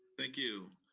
thank you.